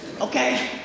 okay